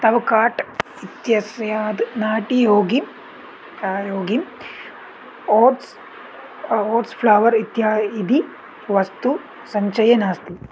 तव काट् इत्यस्माद् नाटी योगी योगि ओट्स् ओट्स् फ़्लवर् इत्यादि वस्तुसञ्चये नास्ति